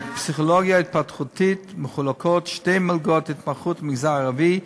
בפסיכולוגיה התפתחותית מחולקות שתי מלגות התמחות למגזר הערבי,